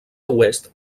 oest